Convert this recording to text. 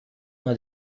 una